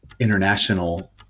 International